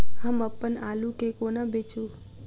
हम अप्पन आलु केँ कोना बेचू?